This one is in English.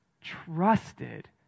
trusted